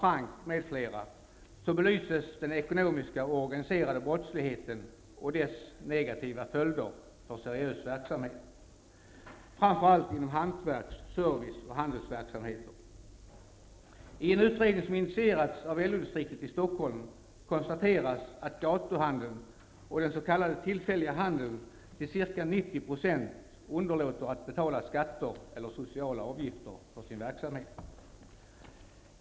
Frank m.fl. belyses den ekonomiska och organiserade brottsligheten och dess negativa följder för seriös verksamhet, framför allt inom hantverks , service och handelsverksamheter. I en utredning som initierats av LO-distriktet i Stockholm konstateras att gatuhandeln och den s.k. tillfälliga handeln till ca 90 % underlåter att betala skatter eller sociala avgifter för sin verksamhet.